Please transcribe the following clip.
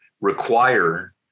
require